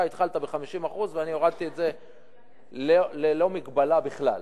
אתה התחלת ב-50% ואני הורדתי את זה ללא מגבלה בכלל.